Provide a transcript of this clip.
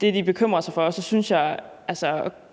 det, de bekymrer sig for, passer, så synes jeg